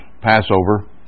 Passover